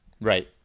Right